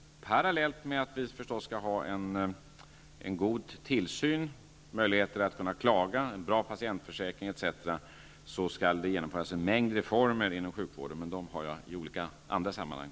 Parallellt med att det naturligtvis skall finnas en god tillsyn, möjligheter att klaga, en bra patientförsäkring etc. skall det genomföras en mängd reformer inom sjukvården, men dem har jag presenterat i olika andra sammanhang.